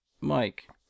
Mike